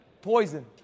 Poison